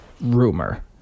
rumor